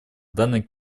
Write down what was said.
данной